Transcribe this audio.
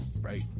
Right